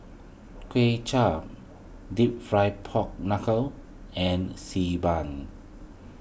Kway Chap Deep Fried Pork Knuckle and Xi Ban